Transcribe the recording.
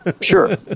Sure